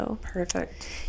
Perfect